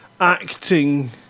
acting